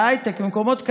בהייטק, במקומות כאלה,